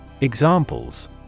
examples